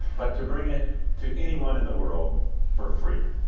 but to bring it to anyone in the world for free.